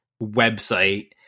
website